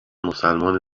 مسلمان